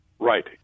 Right